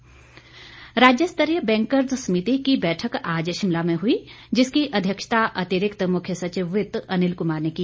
bankers समिति राज्यस्तरीय bankers समिति की बैठक आज शिमला में हुई जिसकी अध्यक्षता अतिरिक्त मुख्य सचिव वित्त अनिल कुमार ने की